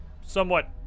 somewhat